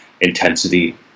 intensity